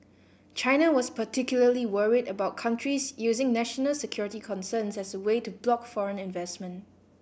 China was particularly worried about countries using national security concerns as a way to block foreign investment